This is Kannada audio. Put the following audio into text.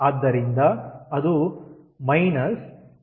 ಆದ್ದರಿಂದ ಅದು 216